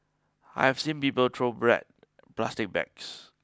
I have seen people throw bread plastic bags